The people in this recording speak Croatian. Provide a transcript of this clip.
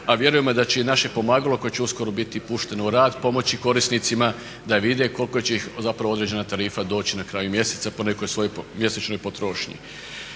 A vjerujemo da će i naše pomagalo koje će uskoro biti pušteno u rad pomoći korisnicima da vide koliko će ih zapravo određena tarifa doći na kraju mjeseca po nekoj svojoj mjesečnoj potrošnji.